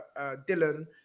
Dylan